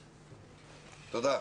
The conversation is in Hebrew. תודה.